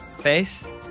Face